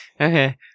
Okay